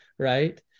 Right